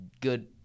good